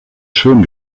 schön